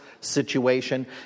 situation